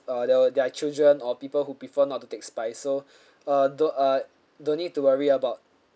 uh there were there are children or people who prefer not to take spice so uh don't uh don't need to worry about